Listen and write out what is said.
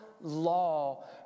law